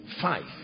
five